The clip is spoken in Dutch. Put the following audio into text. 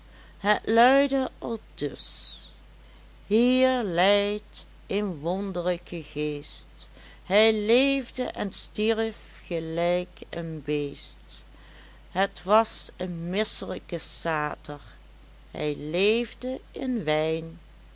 het luidde aldus hier leit een wonderlijke geest hij leefde en stierf gelijk een beest het was een misselijke sater hij leefde in wijn